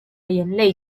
人类